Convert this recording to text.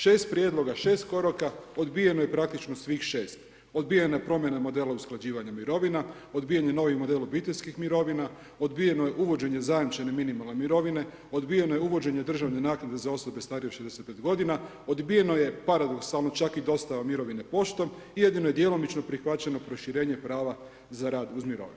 Šest prijedloga, šest koraka odbijeno je praktično svih 6. Odbijeno je promjena modele usklađivanja mirovina, odbijen je novi model obiteljskih mirovina, odbijeno je uvođenje zajamčene minimalne mirovine, odbijeno je uvođenje državne naknade za osobe starije od 65 godina, odbijeno je paradoksalno čak i dostava mirovine poštom, jedino je djelomično prihvaćeno proširenje prava za rad uz mirovinu.